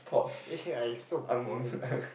eh yea you so boring man